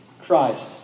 Christ